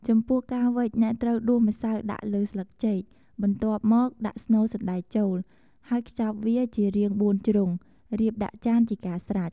ចំពោះការវេច អ្នកត្រូវដួសម្សៅដាក់លើស្លឹកចេក បន្ទាប់មកដាក់ស្នូលសណ្តែកចូល ហើយខ្ចប់វាជារាងបួនជ្រុង រៀបដាក់ចានជាការស្រេច។